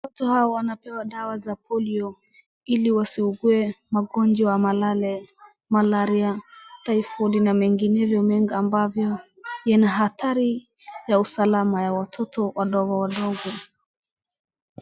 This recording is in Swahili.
Watoto hawa wanapewa dawa za polio ili wasiugue magonjwa malale, malaria, typhoid na menginevyo mengi ambavyo yana hatari ya usalama ya watoto wadogo wadogo